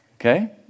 Okay